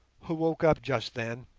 who woke up just then,